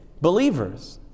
Believers